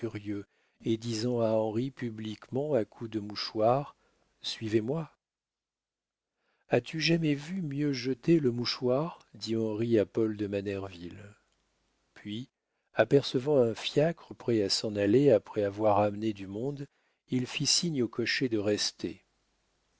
et disant à henri publiquement à coups de mouchoir suivez-moi as-tu jamais vu mieux jeter le mouchoir dit henri à paul de manerville puis apercevant un fiacre prêt à s'en aller après avoir amené du monde il fit signe au cocher de rester